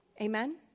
Amen